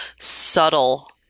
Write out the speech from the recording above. Subtle